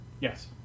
yes